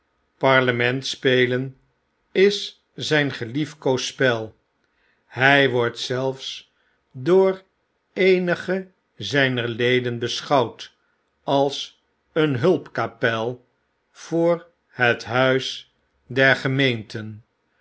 parlement spelen is zijn geliefkoosd spel hij wordt zelfs door eenige zyner leden beschouwd als een hulp kapel voor het huis der gemeenten